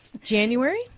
January